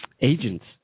agents